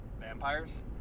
vampires